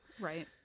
Right